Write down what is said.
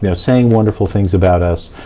you know saying wonderful things about us.